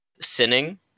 sinning